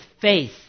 faith